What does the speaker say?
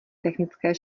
technické